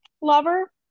Lover